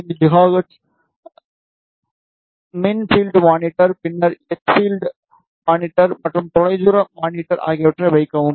45 gigahertz மின் field monitor பின்னர் H field monitor மற்றும் தொலைதூர மானிட்டர் ஆகியவற்றை வைக்கவும்